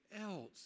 else